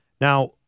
Now